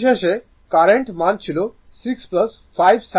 পরিশেষে কারেন্ট মান ছিল 6 5sin ω t যা হল r t